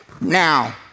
Now